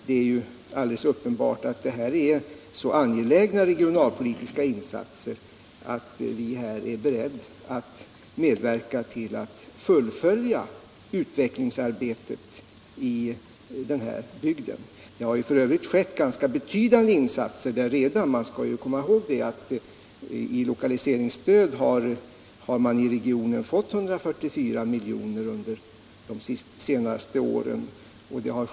Det är alldeles uppenbart att detta innefattar angelägna regionalpolitiska insatser och att vi är beredda att medverka till ett fullföljande av utvecklingsarbetet i bygden. Det har f.ö. gjorts ganska betydande insatser där redan. Man skall komma ihåg att i lokaliseringsstöd har man i regionen fått 144 miljoner under de senaste åren.